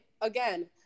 again